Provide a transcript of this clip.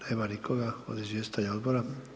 Nema nikoga od izvjestitelja odbora.